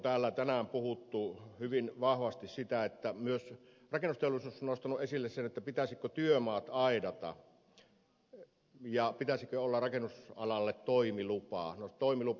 täällä on tänään puhuttu hyvin vahvasti sitä että myös rakennusteollisuus on nostanut esille sen pitäisikö työmaat aidata ja pitäisikö olla rakennusalalle toimilupa